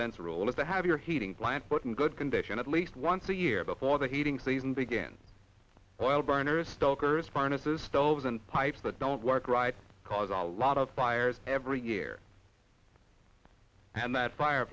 sense role is to have your heating plant put in good condition at least once a year before the heating season began while burners stokers furnaces stoves and pipes that don't work right cause a lot of fires every year and that fire